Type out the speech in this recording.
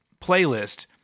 playlist